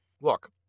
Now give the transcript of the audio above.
Look